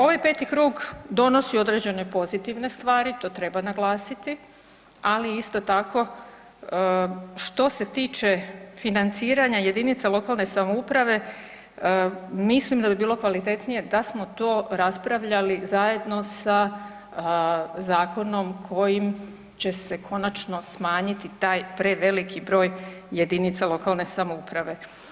Ovaj peti krug donosi određene pozitivne stvari, to treba naglasiti, ali isto tako što se tiče financiranja jedinica lokalne samouprave mislim da bi bilo kvalitetnije da smo to raspravljali zajedno sa zakonom kojim će se konačno smanjiti taj preveliki broj jedinica lokalne samouprave.